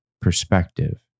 perspective